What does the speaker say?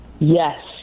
Yes